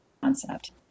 concept